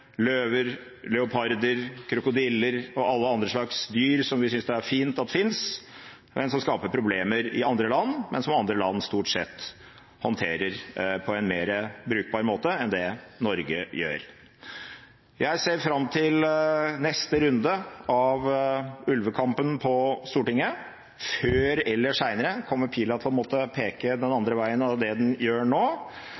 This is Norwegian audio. løver, leoparder, krokodiller og alle andre slags dyr som vi synes det er fint at finnes, men som skaper problemer i andre land, og som andre land stort sett håndterer på en mer brukbar måte enn det Norge gjør. Jeg ser fram til neste runde av ulvekampen på Stortinget. Før eller senere kommer pila til å måtte peke den